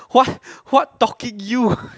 what what talking you